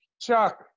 Chuck